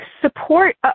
support